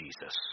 Jesus